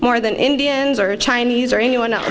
more than indians or chinese or anyone else